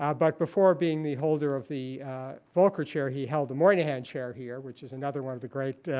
um but before being the holder of the volcker chair, he held the moynihan chair here, which is another one of the great